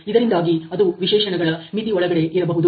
ಇದರಿಂದಾಗಿ ಅದು ವಿಶೇಷಣಗಳ ಮಿತಿ ಒಳಗಡೆ ಇರಬಹುದು